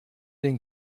den